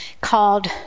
called